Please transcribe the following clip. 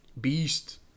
Beast